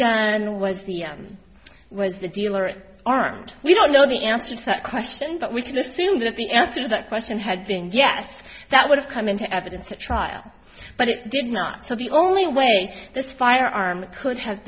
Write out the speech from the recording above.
was the m was the dealer armed we don't know the answer to that question but we can assume that the answer to that question had been yes that would have come into evidence at trial but it did not so the only way this firearm could have